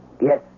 Yes